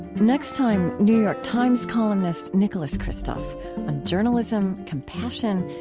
next time new york times columnist nicholas kristof on journalism, compassion,